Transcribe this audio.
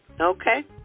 Okay